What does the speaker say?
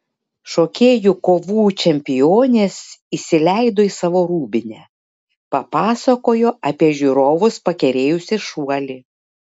šokėjų kovų čempionės įsileido į savo rūbinę papasakojo apie žiūrovus pakerėjusį šuolį